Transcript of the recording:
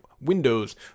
Windows